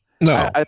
No